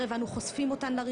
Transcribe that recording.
מהקלטה צריכה להיות גם תרשומת?